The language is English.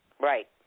Right